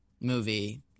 movie